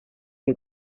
que